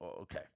Okay